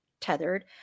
tethered